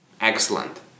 Excellent